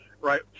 right